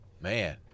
Man